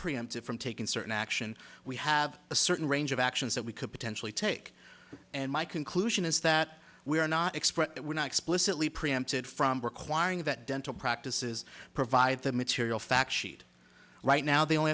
preempted from taking certain action we have a certain range of actions that we could potentially take and my conclusion is that we are not expressed that we're not explicitly preempted from requiring that dental practices provide that material fact sheet right now they only